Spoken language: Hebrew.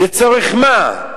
לצורך מה?